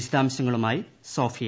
വിശദാംശങ്ങളുമായി സോഫിയ